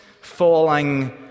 falling